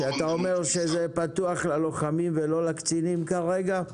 שאתה אומר שזה פתוח ללוחמים ולא לקצינים כרגע?